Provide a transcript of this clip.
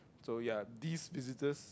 so ya these visitors